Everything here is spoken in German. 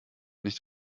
nicht